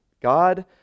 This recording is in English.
God